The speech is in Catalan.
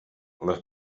les